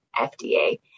FDA